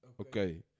Okay